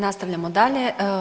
Nastavljamo dalje.